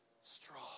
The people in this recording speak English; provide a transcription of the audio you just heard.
Strong